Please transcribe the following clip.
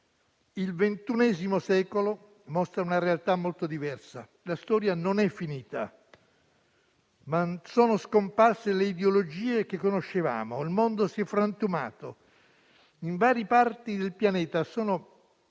Il XXI secolo mostra una realtà molto diversa: la storia non è finita, ma sono scomparse le ideologie che conoscevamo; il mondo si è frantumato; in varie parti del pianeta sono